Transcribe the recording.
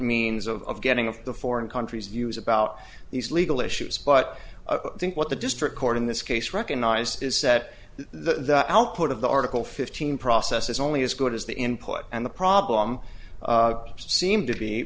means of getting of the foreign countries views about these legal issues but i think what the district court in this case recognize is that that i'll put of the article fifteen process is only as good as the input and the problem seemed to be